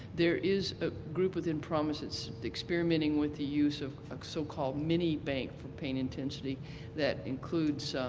there is a group within promis that's experimenting with the use of a so-called mini bank for pain intensity that includes